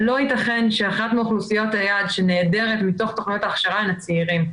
לא ייתכן שאחת מאוכלוסיות היעד שנעדרת מתוך תוכניות ההכשרה הן הצעירים.